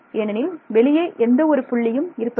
ஏனெனில் வெளியே எந்த ஒரு புள்ளியும் இருப்பதில்லை